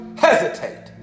hesitate